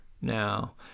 Now